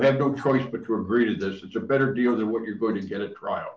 have no choice but to agree that it's a better deal than what you're going to get a trial